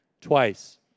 twice